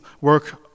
work